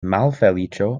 malfeliĉo